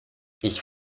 ich